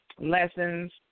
lessons